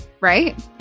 right